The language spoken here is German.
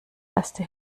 erste